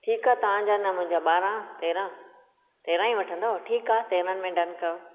ठीक आहे तव्हां जा न मुंहिंजा ॿारहं तेरहं तेरहं ई वठन्दउ ठीक आहे तेरहंनि में डन कयो